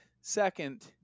second